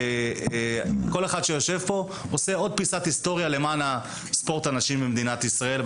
כל אחד שיושב פה עושה עוד פיסת היסטוריה למען ספורט הנשים במדינת ישראל.